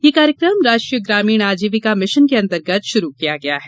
यह कार्यक्रम राष्ट्रीय ग्रामीण आजीविका मिशन के अंतर्गत शुरू किया गया है